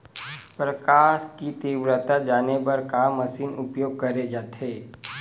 प्रकाश कि तीव्रता जाने बर का मशीन उपयोग करे जाथे?